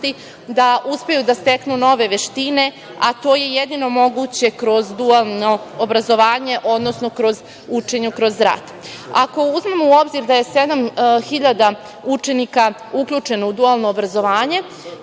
da uspeju da steknu nove veštine, a to je jedino moguće kroz dualno obrazovanje, odnosno učenje kroz rad. Ako uzmemo u obzir da je 7.000 učenika uključeno u dualno obrazovanje